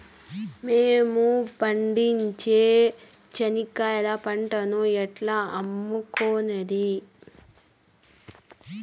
మేము పండించే చెనక్కాయ పంటను ఎట్లా అమ్ముకునేది?